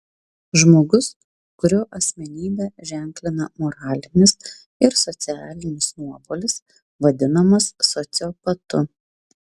žmogus kurio asmenybę ženklina moralinis ir socialinis nuopolis vadinamas sociopatu